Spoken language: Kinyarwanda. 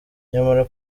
nyamara